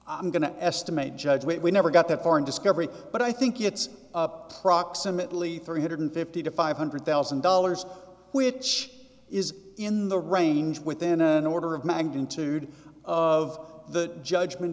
i'm going to estimate judge weight we never got that far in discovery but i think it's up proximately three hundred fifty to five hundred thousand dollars which is in the range within an order of magnitude of the judgment